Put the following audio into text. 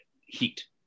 heat